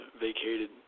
vacated